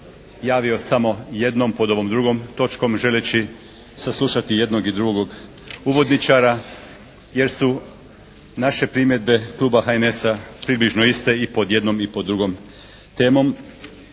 javio samo jednom pod ovom drugom točkom želeći saslušati jednog i drugog uvodničara jer su naše primjedbe Kluba HNS-a približno iste i pod jednom i pod drugom temom,